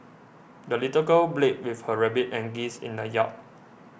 the little girl played with her rabbit and geese in the yard